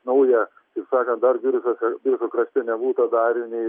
naują taip sakant dar biržuose biržų krašte nebūtą darinį